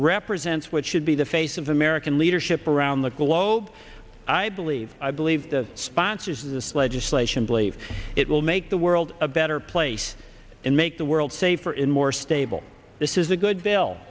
represents what should be the face of american leadership around the globe i believe i believe the sponsors of this legislation believe it will make the world a better place and make the world safer and more stable this is a good